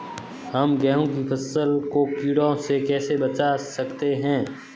हम गेहूँ की फसल को कीड़ों से कैसे बचा सकते हैं?